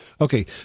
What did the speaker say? Okay